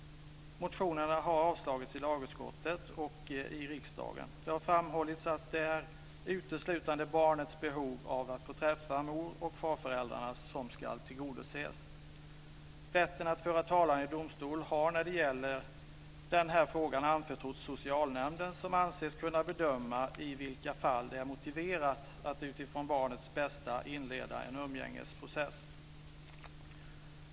Motionerna har avstyrkts av lagutskottet och avslagits av riksdagen. Det har framhållits att det uteslutande är barnets behov av att få träffa mor och farföräldrarna som ska tillgodoses. Rätten att föra talan i domstol i den här frågan har anförtrotts socialnämnden som anses kunna bedöma i vilka fall det är motiverat att utifrån barnets bästa inleda en umgängesprocess.